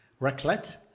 Raclette